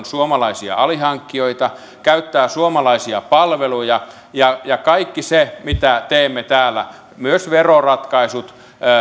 suomalaisia alihankkijoita käyttää suomalaisia palveluja ja ja kaikki se mitä teemme täällä myös veroratkaisut